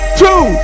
two